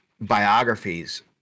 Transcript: biographies